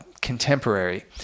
contemporary